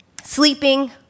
Sleeping